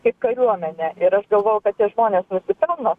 kaip kariuomenė ir aš galvoju kad tie žmonės nusipelno